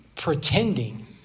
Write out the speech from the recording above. Pretending